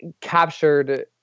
captured